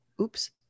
Oops